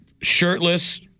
Shirtless